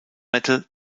metal